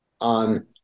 on